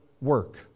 work